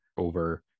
over